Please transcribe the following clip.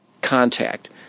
contact